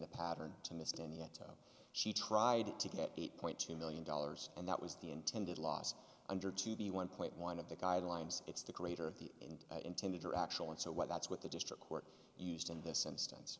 the pattern to mr and yet she tried to get eight point two million dollars and that was the intended loss under to the one point one of the guidelines it's the creator of the intended or actual and so what that's what the district court used in this instance